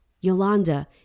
Yolanda